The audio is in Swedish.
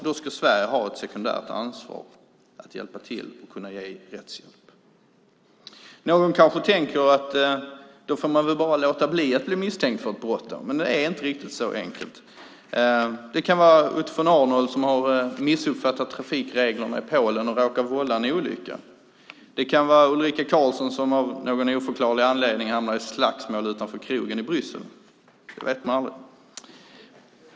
Då ska Sverige ha ett sekundärt ansvar att hjälpa till och kunna ge rättshjälp. Någon kanske tänker att man väl då bara kan låta bli att bli misstänkt för ett brott. Men det är inte riktigt så enkelt. Det kan vara Otto von Arnold som har missuppfattat trafikreglerna i Polen och råkat vålla en olycka. Det kan vara Ulrika Karlsson som av någon oförklarlig anledning hamnat i ett slagsmål utanför krogen i Bryssel - det vet man aldrig.